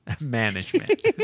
Management